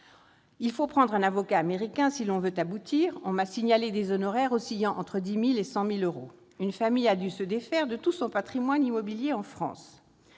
Il faut prendre un avocat américain si l'on veut que la procédure aboutisse. On m'a signalé des honoraires oscillant entre 10 000 et 100 000 euros. Une famille a dû se défaire de tout son patrimoine immobilier en France.